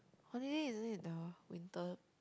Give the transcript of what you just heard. holiday is it the winter